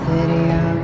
Video